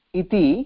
iti